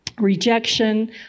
rejection